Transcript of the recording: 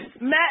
Matt